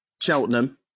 Cheltenham